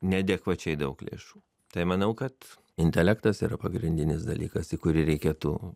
neadekvačiai daug lėšų tai manau kad intelektas yra pagrindinis dalykas į kurį reikėtų